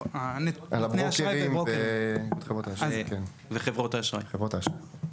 על הברוקרים ועל חברות האשראי.